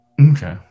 Okay